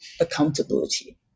accountability